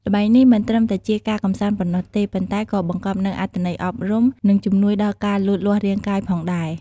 ល្បែងនេះមិនត្រឹមតែជាការកម្សាន្តប៉ុណ្ណោះទេ ប៉ុន្តែក៏បង្កប់នូវអត្ថន័យអប់រំ និងជំនួយដល់ការលូតលាស់រាងកាយផងដែរ។